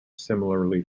similarly